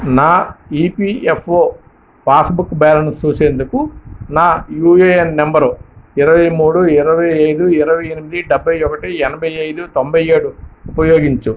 నా EPFO passbook balance చూసేందుకు నా యుఏఎన్ నంబరు ఇరవై మూడు ఇరవై ఐదు ఇరవై ఎనిమిది డెబ్బై ఒకటి ఎనభై ఐదు తొంభై ఏడు ఉపయోగించు